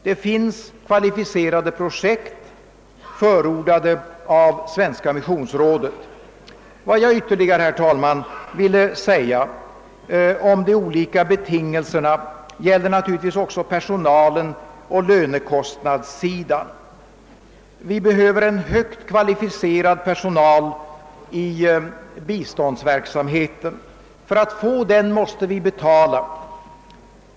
Det finns kvalificerade projekt förordade av Svenska missionsrådet. Vad jag ytterligare, herr talman, ville säga om de olika betingelserna gäller naturligtvis också personalen och lönekostnadssidan. Vi behöver en högt kvalificerad personal i biståndsverksamheten. För att få denna måste vi betala.